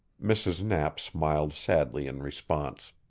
mrs. knapp smiled sadly in response.